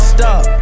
Stop